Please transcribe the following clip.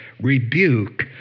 rebuke